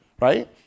right